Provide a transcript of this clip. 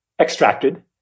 extracted